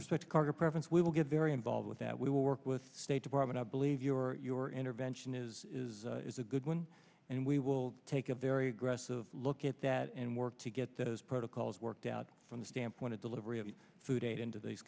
respect carter presents we will get very involved with that we will work with state department i believe your your intervention is is a good one and we will take a very aggressive look at that and work to get those protocols worked out from the standpoint of delivery of food aid into these